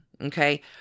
okay